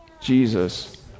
Jesus